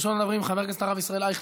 ראשון הדוברים, חבר הכנסת הרב ישראל אייכלר,